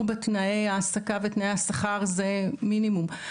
בתנאי העסקה ובתנאי השכר זה מינימום,